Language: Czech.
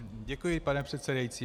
Děkuji, pane předsedající.